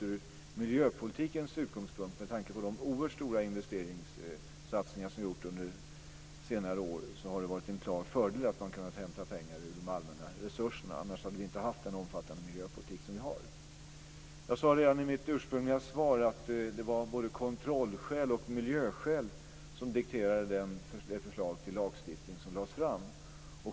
Ur miljöpolitikens utgångspunkt, med tanke på de oerhört stora investeringssatsningar som har gjorts under senare år, har det varit en klar fördel att kunna hämta pengarna ur de allmänna resurserna - annars hade vi inte haft den omfattande miljöpolitik som vi nu har. Jag sade redan i mitt ursprungliga svar att det var både kontrollskäl och miljöskäl som dikterade det förslag till lagstiftning som lades fram.